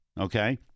Okay